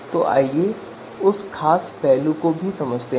इसे आदर्श सामान्यीकरण कहा जाता है